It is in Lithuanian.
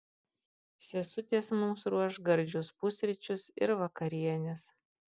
sesutės mums ruoš gardžius pusryčius ir vakarienes